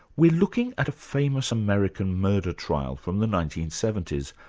we're looking at a famous american murder trial from the nineteen seventy s,